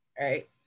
right